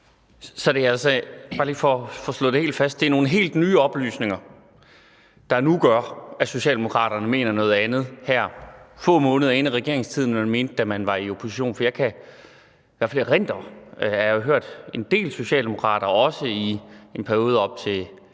Lauritzen (V): Bare lige for at få det slået helt fast vil jeg spørge, om det så er nogle helt nye oplysninger, der nu gør, at Socialdemokraterne mener noget andet her nogle få måneder inde i regeringstiden, end man mente, da man var i opposition. For jeg kan i hvert fald erindre at have hørt en del socialdemokrater også i en periode op til